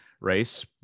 race